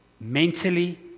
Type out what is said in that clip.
mentally